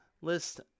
list